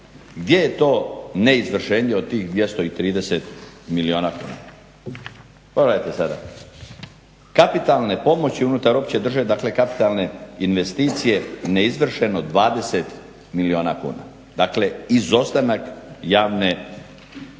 gdje je to neizvršenje od tih 230 milijuna kuna. Pogledajte sada. Kapitalne pomoći unutar opće države, dakle kapitalne investicije neizvršeno 20 milijuna kuna. Dakle, izostanak javne investicije.